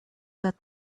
that